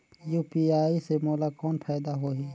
UPI से मोला कौन फायदा होही?